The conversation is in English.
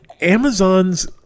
Amazon's